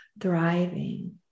thriving